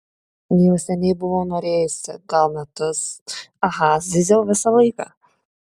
jau seniai buvau norėjusi gal metus aha zyziau visą laiką